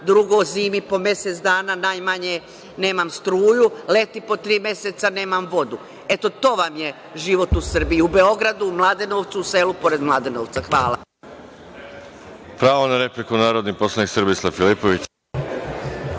drugo, zimi po mesec dana najmanje nemam struju, leti po tri meseca nemam vodu. Eto, to vam je život u Srbiji, u Beogradu, u Mladenovcu, u selu pored Mladenovca. **Veroljub Arsić** Pravo na repliku ima narodni poslanik Srbislav Filipović.